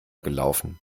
gelaufen